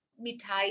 Mitai